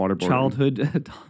childhood